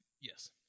Yes